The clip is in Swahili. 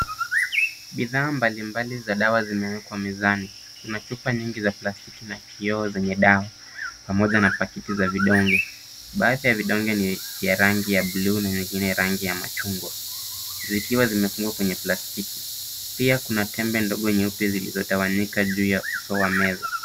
Bidhaa mbalimbali za dawa zimewekwa mezani. Kuna chupa nyingi za plastiki na kioo zenye dawa pamoja na paketi za vidonge. Baadhi ya vidonge ni vya rangi ya buluu na vingine rangi ya machungwa, zikiwa zimefungwa kwenye plastiki. Pia kuna tembe ndogo nyeupe zilizo tawanyika juu ya uso wa meza.